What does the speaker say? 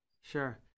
Sure